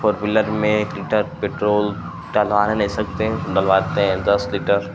तो four wheeler में एक लीटर पेट्रोल डलवाने नहीं सकते डलवाते हैं दस लीटर